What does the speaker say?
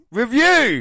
review